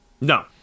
No